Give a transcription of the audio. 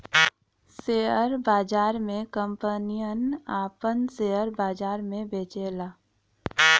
share बाजार मे कंपनियन आपन सेअर बाजार मे बेचेला